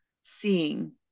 seeing